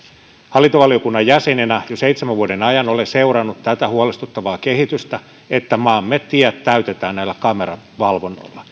hallintovaliokunnan jäsenenä olen jo seitsemän vuoden ajan seurannut tätä huolestuttavaa kehitystä että maamme tiet täytetään näillä kameravalvonnoilla